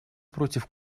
против